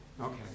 Okay